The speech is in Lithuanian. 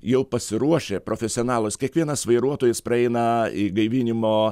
jau pasiruošę profesionalas kiekvienas vairuotojas praeina gaivinimo